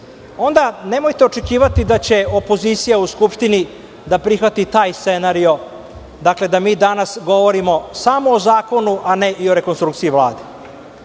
onda nemojte očekivati da će opozicija u Skupštini da prihvati taj scenario, da mi danas govorimo samo o zakonu, a ne i o rekonstrukciji Vlade.